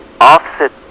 offset